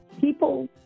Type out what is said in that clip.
People